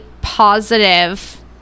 positive